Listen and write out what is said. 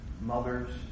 mothers